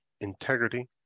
integrity